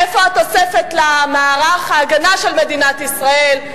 איפה התוספת למערך ההגנה של מדינת ישראל?